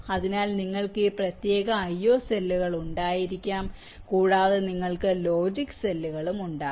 അതിനാൽ നിങ്ങൾക്ക് ഈ പ്രത്യേക IO സെല്ലുകൾ ഉണ്ടായിരിക്കാം കൂടാതെ നിങ്ങൾക്ക് ലോജിക് സെല്ലുകളും ഉണ്ടാകും